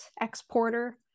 exporter